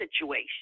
situation